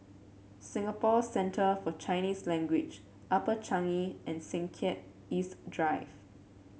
Singapore Centre For Chinese Language Upper Changi and Sengkang East Drive